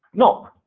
no.